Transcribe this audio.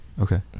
Okay